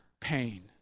pain